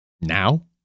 Now